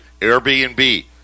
Airbnb